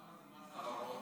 אבל זה משהו אחר,